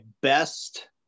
best